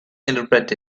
interpret